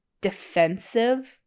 defensive